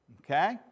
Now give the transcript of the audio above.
Okay